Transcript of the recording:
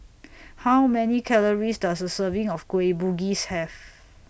How Many Calories Does A Serving of Kueh Bugis Have